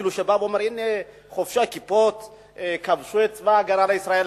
שאומרים: חובשי הכיפות כבשו את צבא-הגנה לישראל.